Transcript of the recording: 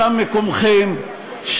שם מקומכם,